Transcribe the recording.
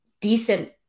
decent